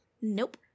nope